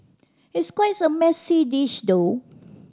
it's quite a messy dish though